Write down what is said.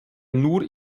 nur